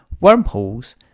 Wormholes